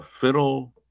fiddle